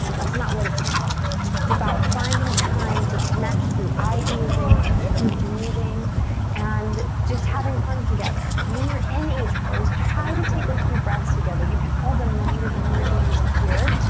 that's not what it's about it's about finding time to connect through eye gazing through breathing and just having fun together when you're in each pose try to take a few breaths together you can hold them longer than we're doing them here,